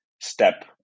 step